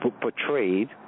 portrayed